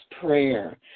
prayer